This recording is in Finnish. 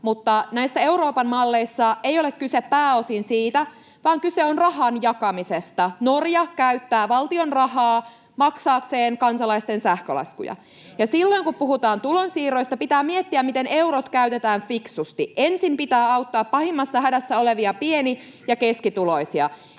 mutta näissä Euroopan malleissa ei ole kyse pääosin siitä, vaan kyse on rahan jakamisesta. Norja käyttää valtion rahaa maksaakseen kansalaisten sähkölaskuja. Silloin, kun puhutaan tulonsiirroista, pitää miettiä, miten eurot käytetään fiksusti. Ensin pitää auttaa pahimmassa hädässä olevia pieni- ja keskituloisia.